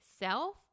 self